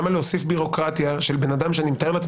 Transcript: למה להוסיף בירוקרטיה של בן אדם שאני מתאר לעצמי